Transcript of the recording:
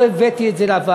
לא הבאתי את זה לוועדה,